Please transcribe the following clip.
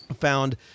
found